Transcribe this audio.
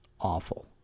awful